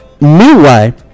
meanwhile